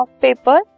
paper